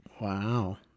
Wow